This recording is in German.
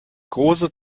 große